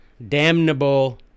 Damnable